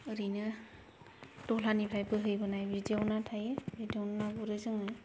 ओरैनो दहलानिफ्राय बोहैबोनाय बिदियाव थायो बिदियाव ना गुरो जोङो